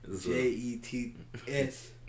J-E-T-S